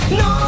no